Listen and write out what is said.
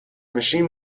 machine